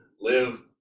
live